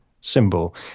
symbol